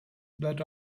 that